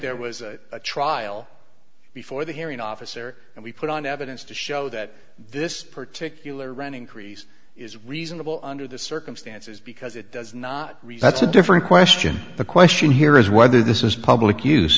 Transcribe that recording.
there was a trial before the hearing officer and we put on evidence to show that this particular running crease is reasonable under the circumstances because it does not resets a different question the question here is whether this is public use